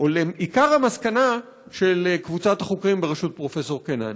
או לעיקר המסקנה של קבוצת החוקרים בראשות פרופ' קינן?